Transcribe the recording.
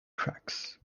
tracks